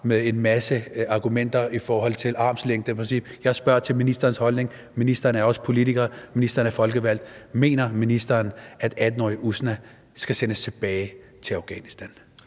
med en masse argumenter i forhold til et armslængdeprincip; jeg spørger til ministerens holdning, for ministeren er også politiker, ministeren er folkevalgt. Mener ministeren, at 18-årige Usna skal sendes tilbage til Afghanistan?